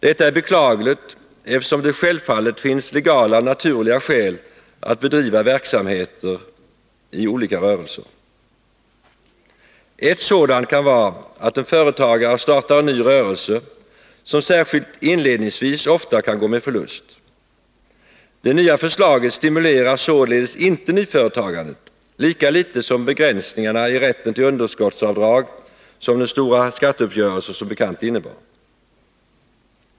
Detta är beklagligt, eftersom det självfallet finns legala och naturliga skäl att bedriva verksamhet i olika rörelser. Ett sådant kan vara att en företagare startar en ny rörelse, som särskilt inledningsvis ofta kan gå med förlust. Det nya förslaget stimulerar således inte nyföretagandet, lika litet som begränsningarna i rätten till underskottsavdrag som den stora skatteuppgörelsen som bekant innebar.